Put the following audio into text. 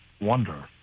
wonder